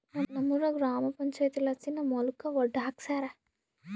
ನಮ್ಮೂರ ಗ್ರಾಮ ಪಂಚಾಯಿತಿಲಾಸಿ ನಮ್ಮ ಹೊಲಕ ಒಡ್ಡು ಹಾಕ್ಸ್ಯಾರ